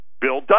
Bill